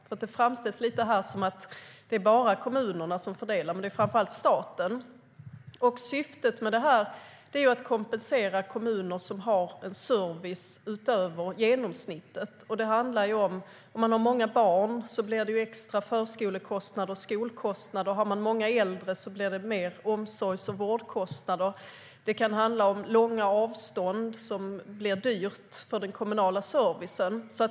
Här framställs det som att det bara är kommunerna som fördelar, men det är framför allt staten. Syftet är att kompensera kommuner som har en service utöver genomsnittet. Det handlar om extra förskolekostnader och skolkostnader ifall man har många barn. Ifall man har många äldre blir det större omsorgs och vårdkostnader. Det kan handla om att långa avstånd blir dyrt för den kommunala servicen.